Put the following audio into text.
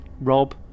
Rob